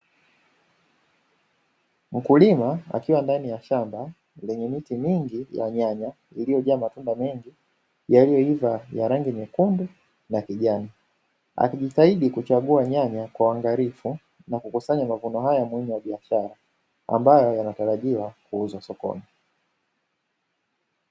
Mkulima akiwa ndani ya shamba lenye miti mingi ya nyanya iliyojaa matunda mengi yaliyoiva ya rangi nyekundu na kijani. Akijitahidi kuchagua nyanya kwa uangalifu na kukusanya mavuno haya muhimu ya biashara ambayo yanatarajiwa kuuzwa sokoni.